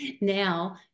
now